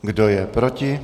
Kdo je proti?